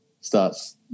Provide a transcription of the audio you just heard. Starts